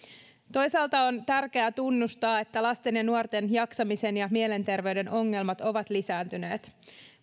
toisaalta on tärkeää tunnustaa että lasten ja nuorten jaksamisen ja mielenterveyden ongelmat ovat lisääntyneet